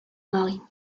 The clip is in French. marie